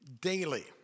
daily